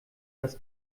das